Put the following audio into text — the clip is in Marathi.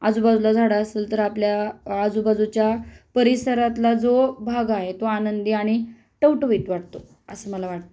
आजूबाजूला झाडं असतील तर आपल्या आजूबाजूच्या परिसरातला जो भाग आहे तो आनंदी आणि टवटवीत वाटतो असं मला वाटतं